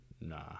nah